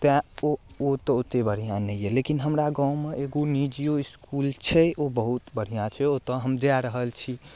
तैं ओ तऽ ओते बढ़िआँ नहि यऽ लेकिन हमरा गाँवमे एगो निजियो इसकुल छै ओ बहुत बढ़िआँ छै ओतऽ हम जा रहल छी